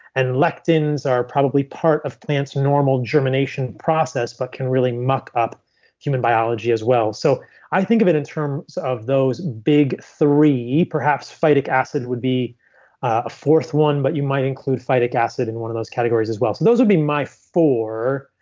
and lectins are probably part of plant's normal germination process but can really muck up human biology as well. so i think of it in terms of those big three. perhaps phytic acid would be a fourth one but you might include phytic acid in one of those categories as well. those would be my four.